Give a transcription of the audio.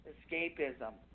Escapism